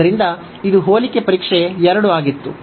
ಆದ್ದರಿಂದ ಇದು ಹೋಲಿಕೆ ಪರೀಕ್ಷೆ 2 ಆಗಿತ್ತು